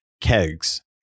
kegs